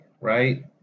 right